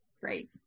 Great